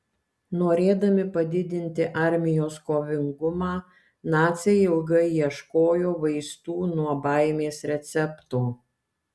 norėdami padidinti armijos kovingumą naciai ilgai ieškojo vaistų nuo baimės recepto